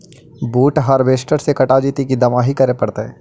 बुट हारबेसटर से कटा जितै कि दमाहि करे पडतै?